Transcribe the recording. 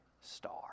star